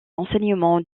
enseignement